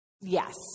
yes